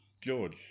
George